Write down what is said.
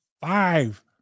five